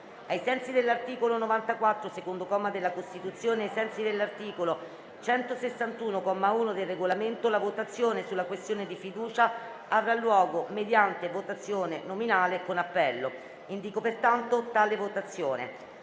ai sensi dell'articolo 94, secondo comma, della Costituzione e ai sensi dell'articolo 161, comma 1, del Regolamento, la votazione sulla questione di fiducia avrà luogo mediante votazione nominale con appello. Come stabilito dalla Conferenza